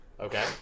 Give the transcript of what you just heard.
Okay